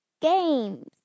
games